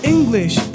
English